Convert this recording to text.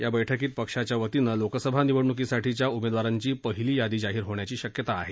या बैठकीत पक्षाच्या वतीनं लोकसभा निवडणूकीसाठीच्या उमेदवारांची पहीली यादी जाहीर होण्याची शक्यता आहे